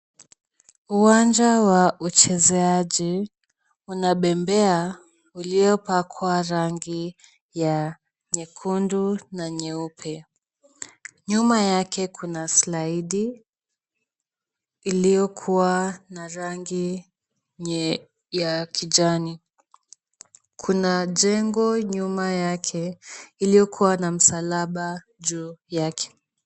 Uwanja wa uchezeaji. Una bebea uliopakwa rangi ya nyekundu na nyeupe. Nyuma yake kuna slidi iliyokuwa na rangi ya kijani. Kuna jengo nyuma yake iliyokuwa na msalaba juu yake.